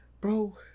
bro